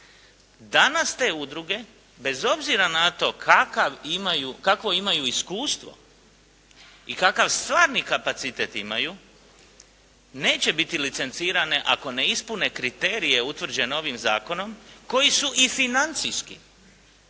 Danas te udruge bez obzira na to kakvo imaju iskustvo i kakav stvarni kapacitet imaju, neće biti licencirane ako ne ispune kriterije utvrđene ovim zakonom koji su i financijski,